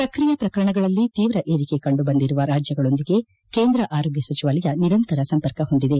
ಸಕ್ರಿಯ ಪ್ರಕರಣಗಳಲ್ಲಿ ತೀವ್ರ ಏರಿಕೆ ಕಂಡು ಬಂದಿರುವ ರಾಜ್ಯಗಳೊಂದಿಗೆ ಕೇಂದ್ರ ಆರೋಗ್ಯ ಸಚಿವಾಲಯ ನಿರಂತರ ಸಂಪರ್ಕ ಹೊಂದಿದೆ